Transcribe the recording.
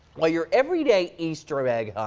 let your everyday easter egg